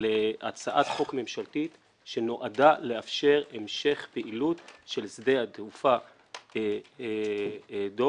להצעת חוק ממשלתית שנועדה לאפשר המשך פעילות של שדה התעופה דב